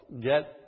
Get